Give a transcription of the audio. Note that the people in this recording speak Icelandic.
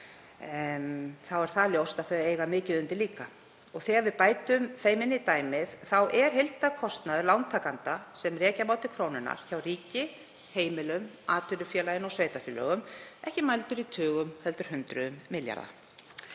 í, er ljóst að þau eiga mikið undir líka. Þegar við bætum þeim inn í dæmið er heildarkostnaður lántakenda sem rekja má til krónunnar hjá ríki, heimilum, atvinnulífinu og sveitarfélögum ekki mældur í tugum heldur hundruðum milljarða.